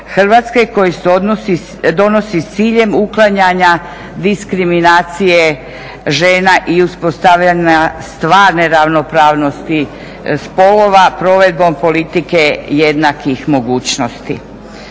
Hrvatske koji se odnosi, donosi s ciljem uklanjanja diskriminacije žena i uspostavljanja stvarne ravnopravnosti spolova provedbom politike jednakih mogućnosti.